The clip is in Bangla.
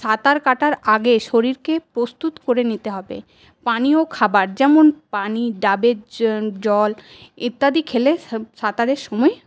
সাঁতার কাটার আগে শরীরকে প্রস্তুত করে নিতে হবে পানীয় খাবার যেমন পানি ডাবের জল ইত্যাদি খেলে সাঁতারের সময়